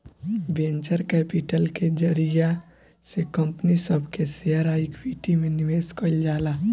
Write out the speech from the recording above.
venture capital के जरिया से कंपनी सब के शेयर आ इक्विटी में निवेश कईल जाला